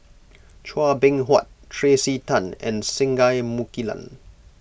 Chua Beng Huat Tracey Tan and Singai Mukilan